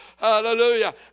Hallelujah